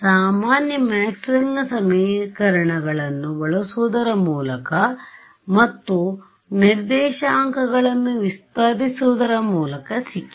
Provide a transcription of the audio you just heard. ಸಾಮಾನ್ಯ ಮ್ಯಾಕ್ಸ್ವೆಲ್ನ ಸಮೀಕರಣಗಳನ್ನುMaxwell's equations ಬಳಸುವುದರ ಮೂಲಕ ಮತ್ತು ನಿರ್ದೇಶಾಂಕಗಳನ್ನು ವಿಸ್ತರಿಸುವುದರ ಮೂಲಕ ಸಿಕ್ಕಿದೆ